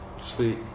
Sweet